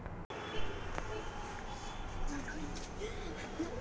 ತಾಪಮಾನ ಆಹಾರ ಉತ್ಪಾದನೆಯ ಮ್ಯಾಲೆ ಹ್ಯಾಂಗ ಪರಿಣಾಮ ಬೇರುತೈತ ರೇ?